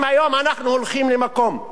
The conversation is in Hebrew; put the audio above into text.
אם היום אנחנו הולכים למקום,